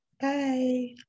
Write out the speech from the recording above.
Bye